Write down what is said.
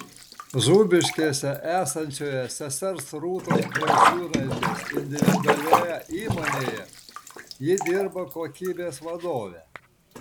zūbiškėse esančioje sesers rūtos kriaučiūnaitės individualioje įmonėje ji dirba kokybės vadove